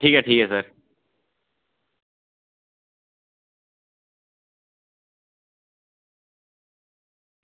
ठीक ऐ ठीक ऐ सर